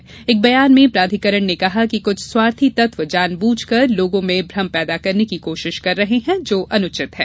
एक बयान में भारतीय विशिष्ट पहचान प्राधिकरण ने कहा कि कुछ स्वार्थी तत्व जानबूझ कर लोगों में भ्रम पैदा करने की कोशिश कर रहे हैं जो अनुचित है